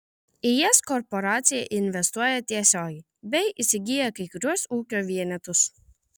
į jas korporacija investuoja tiesiogiai bei įsigyja kai kuriuos ūkio vienetus